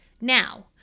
Now